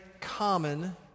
common